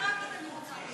רוצה לשמוע.